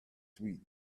sweet